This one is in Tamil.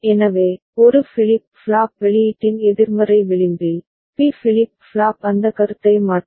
எனவே ஒரு ஃபிளிப் ஃப்ளாப் வெளியீட்டின் எதிர்மறை விளிம்பில் பி ஃபிளிப் ஃப்ளாப் அந்த கருத்தை மாற்றும்